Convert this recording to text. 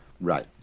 Right